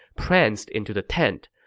pranced into the tent.